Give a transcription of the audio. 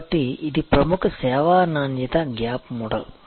కాబట్టి ఇది ప్రముఖ సేవా నాణ్యత గ్యాప్ మోడల్